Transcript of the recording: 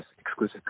exclusive